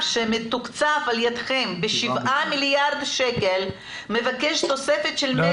שמתוקצב על ידכם ב-7 מיליארד שקל מבקש תוספת של 120 מיליון.